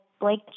Blake